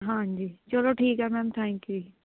ਹਾਂਜੀ ਚਲੋ ਠੀਕ ਹੈ ਮੈਮ ਥੈਂਕ ਯੂ ਜੀ